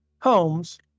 Holmes